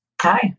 Hi